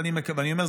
ואני אומר,